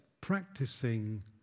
practicing